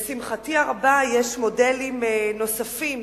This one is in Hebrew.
לשמחתי הרבה, יש מודלים נוספים